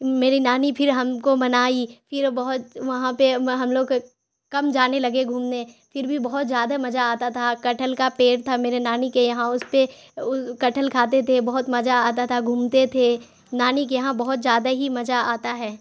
میری نانی پھر ہم کو منائی پھر بہت وہاں پہ ہم لوگ کم جانے لگے گھومنے پھر بھی بہت زیادہ مزہ آتا تھا کٹہل کا پیڑ تھا میرے نانی کے یہاں اس پہ کٹہل کھاتے تھے بہت مزہ آتا تھا گھومتے تھے نانی کے یہاں بہت زیادہ ہی مزہ آتا ہے